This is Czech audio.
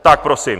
Tak prosím.